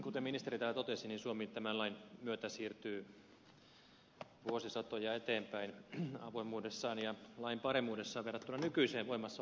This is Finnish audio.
kuten ministeri täällä totesi suomi tämän lain myötä siirtyy vuosisatoja eteenpäin avoimuudessaan ja lain paremmuudessa verrattuna nykyiseen voimassa olevaan lakiin